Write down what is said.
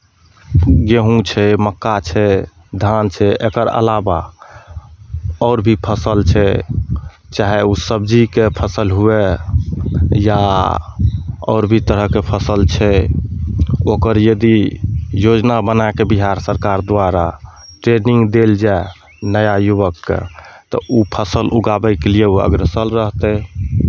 गेहूँ छै मक्का छै धान छै एकर अलावा आओर भी फसल छै चाहे ओ सबजीके फसल हुअय या आओर भी तरहके फसल छै ओकर यदि योजना बना कऽ बिहार सरकार द्वारा ट्रेनिंग देल जाय नया युवककेँ तऽ ओ फसल उगाबयके लिए ओ अग्रसर रहतै